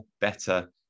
better